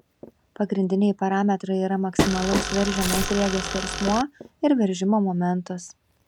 pagrindiniai parametrai yra maksimalaus veržiamo sriegio skersmuo ir veržimo momentas